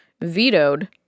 vetoed